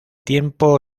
tiempo